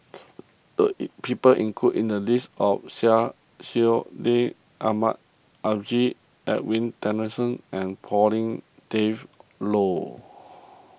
the people included in the list of Syed Sheikh Ahmad Al Edwin Tessensohn and Pauline Dawn Loh